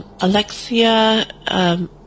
Alexia